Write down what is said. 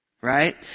Right